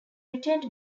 retained